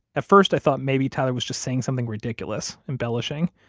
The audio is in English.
at first i thought maybe tyler was just saying something ridiculous, embellishing.